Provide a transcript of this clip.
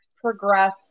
progress